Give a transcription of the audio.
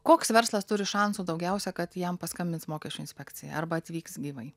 koks verslas turi šansų daugiausia kad jam paskambins mokesčių inspekcija arba atvyks gyvai